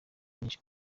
nyinshi